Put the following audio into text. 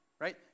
right